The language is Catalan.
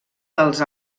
dels